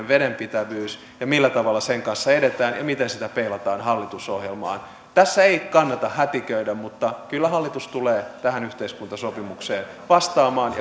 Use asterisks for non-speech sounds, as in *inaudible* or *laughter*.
*unintelligible* vedenpitävyys ja millä tavalla sen kanssa edetään ja miten sitä peilataan hallitusohjelmaan tässä ei kannata hätiköidä mutta kyllä hallitus tulee tähän yhteiskuntasopimukseen vastaamaan *unintelligible*